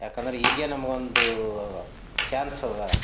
ಏಕೆಂದ್ರೆ ಈಗೆ ನಮಗೊಂದು ಚಾನ್ಸದ